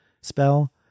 spell